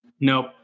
Nope